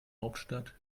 hauptstadt